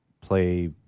play